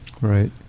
Right